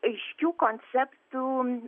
aiškių konceptų